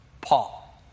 Paul